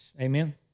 Amen